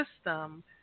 system